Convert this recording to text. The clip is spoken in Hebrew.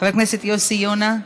חבר הכנסת יוסי יונה,